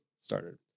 started